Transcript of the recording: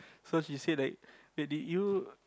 so she said like did you